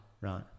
Right